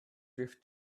drift